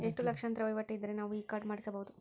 ಎಷ್ಟು ಲಕ್ಷಾಂತರ ವಹಿವಾಟು ಇದ್ದರೆ ನಾವು ಈ ಕಾರ್ಡ್ ಮಾಡಿಸಬಹುದು?